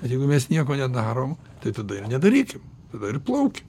bet jeigu mes nieko nedarom tai tada ir nedarykim tada ir plaukim